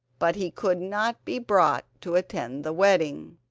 but he could not be brought to attend the wedding.